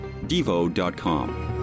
devo.com